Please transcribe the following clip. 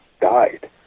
died